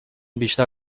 بیشتر